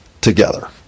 together